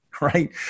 Right